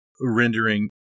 rendering